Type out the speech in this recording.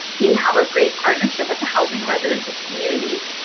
we have a great partnership with the housing and residential communities,